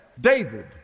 David